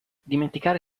dimenticare